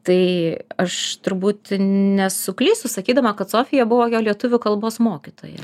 tai aš turbūt nesuklysiu sakydama kad sofija buvo jo lietuvių kalbos mokytoja